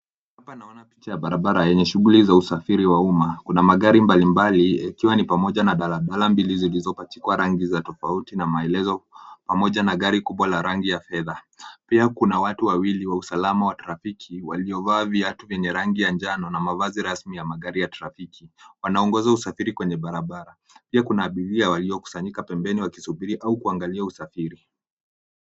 Hapa naona picha ya barabara yenye shughuli za usafiri wa umma. Kuna magari mbalimbali, ikiwa ni pamoja na daladala mbili zilizopachikwa rangi za tofauti na maelezo, pamoja na gari kubwa la rangi ya fedha. Pia kuna watu wawili wa usalama wa trafiki waliovaa viatu vyenye rangi ya manjano na mavazi rasmi ya magari ya trafiki. Wanaongoza usafiri kwenye barabara. Pia kuna abiria waliokusanyika pembeni wakisubiri au kuangalia usafiri.